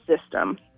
system